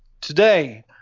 today